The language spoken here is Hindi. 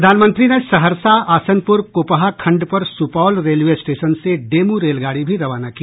प्रधानमंत्री ने सहरसा आसनपुर कुपहा खंड पर सुपौल रेलवे स्टेशन से डेमू रेलगाड़ी भी रवाना की